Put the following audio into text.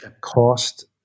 cost